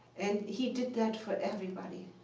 and he did that for everybody.